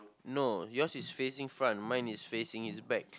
no yours is facing front mine is facing his back